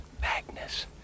Magnus